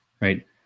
right